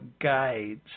guides